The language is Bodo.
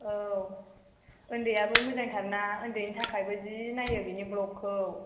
औ उन्दैयाबो मोजांथारना उन्दैनि थाखायबो जि नायो बिनि ब्लगखौ